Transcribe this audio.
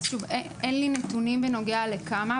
אז שוב, אין לי נתונים בנוגע לכמה.